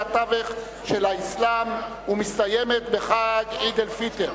התווך של האסלאם ומסתיימת בחג עיד אל-פיטר.